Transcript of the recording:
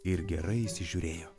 ir gerai įsižiūrėjo